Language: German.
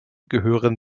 gehören